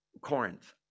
Corinth